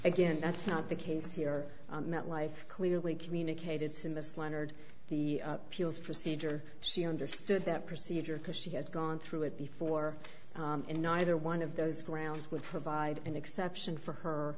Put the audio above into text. again that's not the case here met life clearly communicated to miss leonard the appeals procedure she understood that procedure because she had gone through it before and neither one of those grounds would provide an exception for her